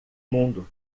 mundo